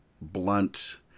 blunt